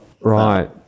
right